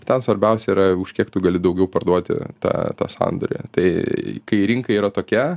ten svarbiausia yra už kiek tu gali daugiau parduoti tą tą sandorį tai kai rinka yra tokia